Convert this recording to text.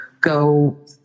go